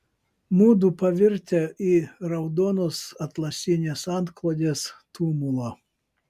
mudu pavirtę į raudonos atlasinės antklodės tumulą